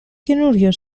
καινούριο